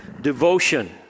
devotion